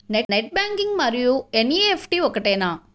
Net banking మరియు NEFT ఒకటేనా?